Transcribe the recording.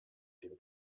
dem